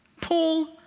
Paul